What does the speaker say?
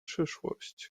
przyszłość